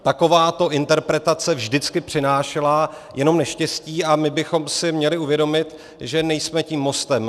Takováto interpretace vždycky přinášela jenom neštěstí a my bychom si měli uvědomit, že nejsme tím mostem.